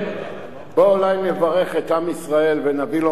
בואו אולי נברך את עם ישראל ונביא לו